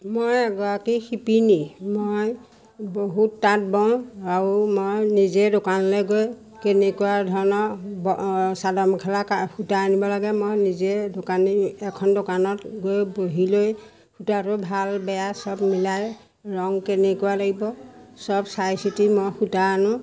মই এগৰাকী শিপিনী মই বহুত তাঁত বওঁ আৰু মই নিজে দোকানলে গৈ কেনেকুৱা ধৰণৰ ব চাদৰ মেখেলা সূতা আনিব লাগে মই নিজে দোকানী এখন দোকানত গৈ বহি লৈ সূতাটো ভাল বেয়া চব মিলাই ৰং কেনেকুৱা লাগিব চব চাই চিতি মই সূতা আনো